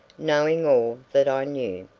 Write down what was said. knowing all that i knew.